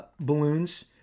balloons